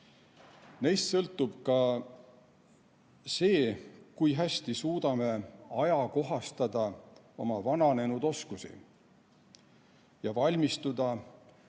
Neist sõltub ka see, kui hästi suudame ajakohastada oma vananenud oskusi ja valmistuda